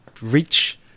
reach